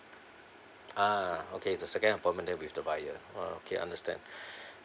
ah okay the second appointment then with the right buyer okay understand